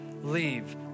leave